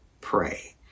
pray